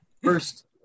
First